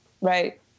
Right